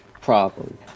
problem